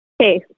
Okay